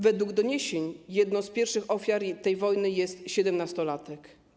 Według doniesień jedną z pierwszych ofiar tej wojny jest siedemnastolatek.